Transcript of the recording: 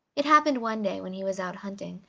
it happened one day, when he was out hunting,